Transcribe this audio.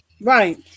Right